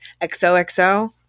XOXO